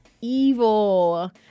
evil